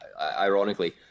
ironically